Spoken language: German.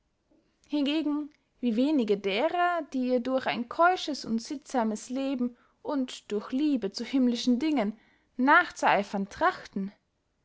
hingegen wie wenige derer die ihr durch ein keusches und sittsames leben und durch liebe zu himmlischen dingen nachzueifern trachten